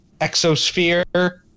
exosphere